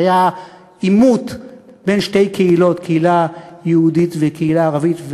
שהיה עימות בין שתי קהילות: קהילה יהודית וקהילה ערבית,